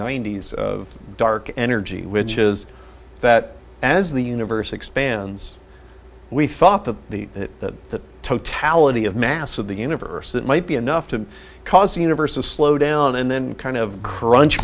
ninety's of dark energy which is that as the universe expands we thought that the that the totality of mass of the universe that might be enough to cause the universe to slow down and then kind of crunch